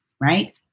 right